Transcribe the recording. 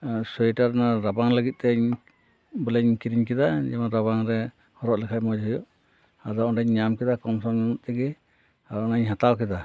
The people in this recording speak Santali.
ᱥᱳᱭᱮᱴᱟᱨ ᱱᱚᱣᱟ ᱨᱟᱵᱟᱝ ᱞᱟᱹᱜᱤᱫᱛᱮᱧ ᱵᱚᱞᱮᱧ ᱠᱤᱨᱤᱧ ᱠᱮᱫᱟ ᱡᱮᱢᱚᱱ ᱨᱟᱵᱟᱝ ᱨᱮ ᱦᱚᱨᱚᱜ ᱞᱮᱠᱷᱟᱱ ᱢᱚᱡᱽ ᱦᱩᱭᱩᱜ ᱟᱫᱚ ᱚᱰᱮᱧ ᱧᱟᱢ ᱠᱮᱫᱟ ᱠᱚᱢ ᱥᱚᱢ ᱧᱚᱜ ᱛᱮᱜᱮ ᱟᱨ ᱚᱱᱟᱧ ᱦᱟᱛᱟᱣ ᱠᱮᱫᱟ